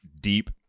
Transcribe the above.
deep